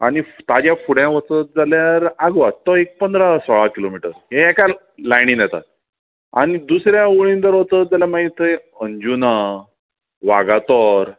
आनी ताच्या फुडें वचत जाल्यार आग्वाद तो एक पंदरा सोळा किलोमिटर हे एका लायनीन येता आनी दुसऱ्या वळीन जर वचत जाल्यार थंय अंजुणा वागातोर